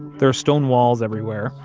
there are stone walls everywhere,